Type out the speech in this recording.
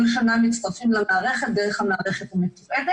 שנה מצטרפים למערכת דרך המערכת ה ---.